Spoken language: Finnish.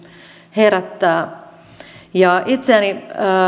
herättää itseäni